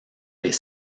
les